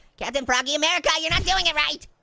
captain froggy america, you're not doing it right.